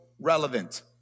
relevant